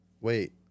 wait